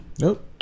Nope